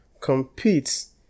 competes